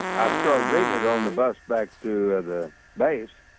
i started reading it on the bus back to the base